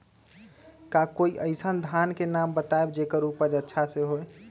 का कोई अइसन धान के नाम बताएब जेकर उपज अच्छा से होय?